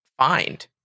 find